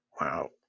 Wow